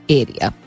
area